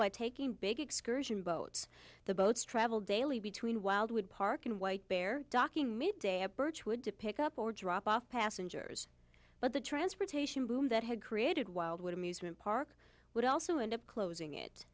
by taking big excursion boats the boats travel daily between wildwood park and white bear docking midday at birchwood to pick up or drop off passengers but the transportation boom that had created wildwood amusement park would also end up closing it